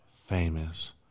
famous